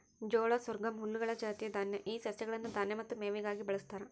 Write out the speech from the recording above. ಜೋಳ ಸೊರ್ಗಮ್ ಹುಲ್ಲುಗಳ ಜಾತಿಯ ದಾನ್ಯ ಈ ಸಸ್ಯಗಳನ್ನು ದಾನ್ಯ ಮತ್ತು ಮೇವಿಗಾಗಿ ಬಳಸ್ತಾರ